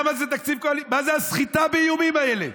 מה זו הסחיטה באיומים הזאת?